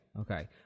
okay